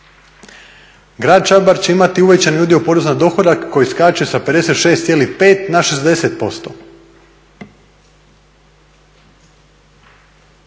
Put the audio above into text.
Grad Čabar će imati uvećani udio poreza na dohodak koji skače sa 56,5 na 60%